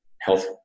health